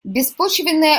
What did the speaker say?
беспочвенные